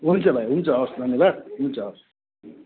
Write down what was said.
हुन्छ भाइ हुन्छ हवस् धन्यवाद हुन्छ हवस्